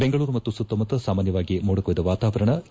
ಬೆಂಗಳೂರು ಮತ್ತು ಸುತ್ತಮುತ್ತ ಸಾಮಾನ್ಯವಾಗಿ ಮೋಡ ಕವಿದ ವಾತಾವರಣವಿದ್ದು